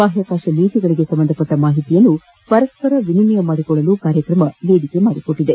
ಬಾಹ್ಯಾಕಾಶ ನೀತಿಗಳಿಗೆ ಸಂಬಂಧಿಸಿದ ಮಾಹಿತಿಗಳನ್ನು ಪರಸ್ಪರ ವಿನಿಮಯ ಮಾಡಿಕೊಳ್ಳಲು ಕಾರ್ಯತ್ರಮದಲ್ಲಿ ಅವಕಾಶ ದೊರೆತಿದೆ